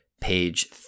page